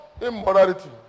Immorality